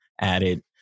added